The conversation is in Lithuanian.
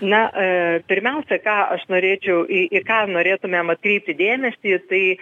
na pirmiausia ką aš norėčiau į ką norėtumėm atkreipti dėmesį tai